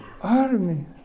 army